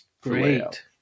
Great